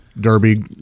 Derby